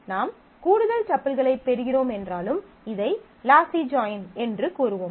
நாம் கூடுதல் டப்பிள்களைப் பெறுகிறோம் என்றாலும் இதை லாஸி ஜாயின் என்று கூறுவோம்